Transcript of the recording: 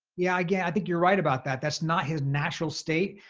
yeah. again, i think you're right about that. that's not his natural state.